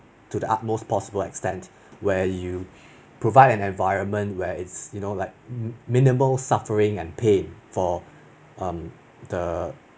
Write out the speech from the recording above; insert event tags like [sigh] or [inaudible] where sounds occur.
to the utmost possible extent where you [breath] provide an environment where it's you know like mi~ minimal suffering and pain for um the